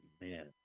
man